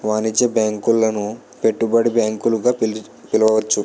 వాణిజ్య బ్యాంకులను పెట్టుబడి బ్యాంకులు గా పిలవచ్చు